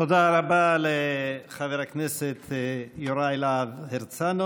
תודה רבה לחבר הכנסת יוראי להב הרצנו